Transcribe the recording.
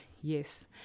Yes